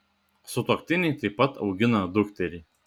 sutuoktiniai taip pat augina dukterį